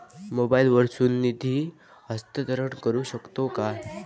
मोबाईला वर्सून निधी हस्तांतरण करू शकतो काय?